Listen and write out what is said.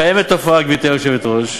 קיימת תופעה, גברתי היושבת-ראש,